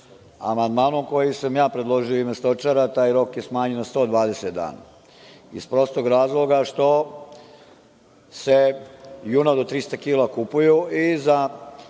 Amandmanom koji sam ja predložio u ime stočara taj rok je smanjen na 120 dana iz prostog razloga što se juna do 300 kila kupuju i u